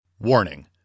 Warning